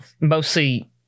Mostly